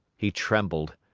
he trembled.